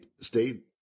stayed